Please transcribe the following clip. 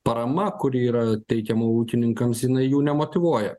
parama kuri yra teikiama ūkininkams jinai jų nemotyvuoja